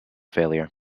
failure